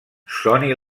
soni